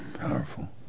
Powerful